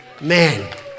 Man